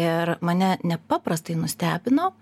ir mane nepaprastai nustebino